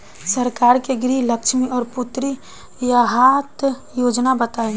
सरकार के गृहलक्ष्मी और पुत्री यहायता योजना बताईं?